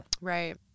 Right